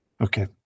okay